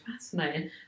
Fascinating